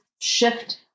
shift